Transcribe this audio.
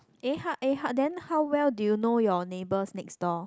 eh how eh how then how well do you know your neighbors next door